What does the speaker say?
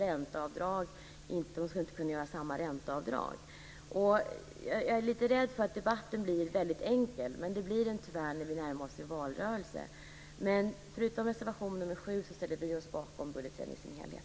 Jag är lite rädd för att debatten blir väldigt enkel. Tyvärr blir den det när vi närmar oss en valrörelse. Bortsett från reservation 7 ställer vi oss bakom budgeten i dess helhet.